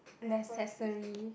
necessary